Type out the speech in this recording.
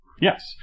Yes